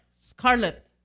scarlet